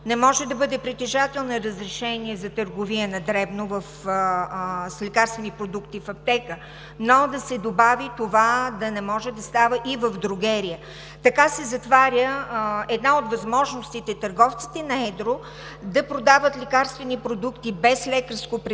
не може да бъде притежател на разрешение за търговия на дребно с лекарствени продукти в аптека“, но да се добави: „това да не може да става и в дрогерия“. Така се затваря една от възможностите търговците на едро да продават лекарствени продукти без лекарско предписание